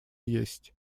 есть